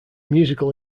musical